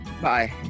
Bye